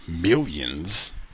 millions